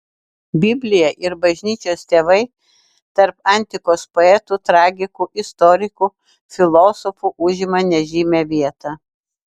biblija ir bažnyčios tėvai tarp antikos poetų tragikų istorikų filosofų užima nežymią vietą